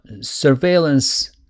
surveillance